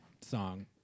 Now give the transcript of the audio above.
song